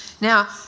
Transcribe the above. Now